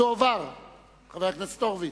(תיקון,